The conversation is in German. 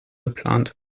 geplant